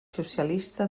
socialista